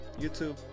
YouTube